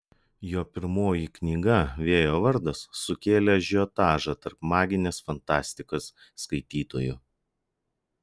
jo pirmoji knyga vėjo vardas sukėlė ažiotažą tarp maginės fantastikos skaitytojų